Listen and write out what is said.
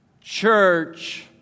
church